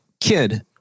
kid